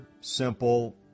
simple